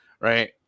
right